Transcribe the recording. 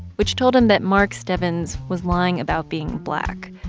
which told him that mark stebbins was lying about being black.